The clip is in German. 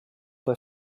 bei